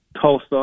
Tulsa